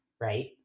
Right